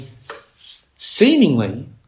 seemingly